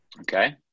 Okay